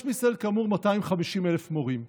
כאמור, יש בישראל 250,000 מורים.